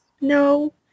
No